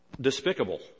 despicable